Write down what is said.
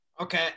Okay